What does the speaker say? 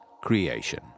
creation